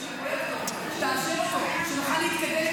המשפטית תאשר אותו, שנוכל להתקדם כבר.